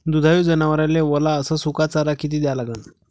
दुधाळू जनावराइले वला अस सुका चारा किती द्या लागन?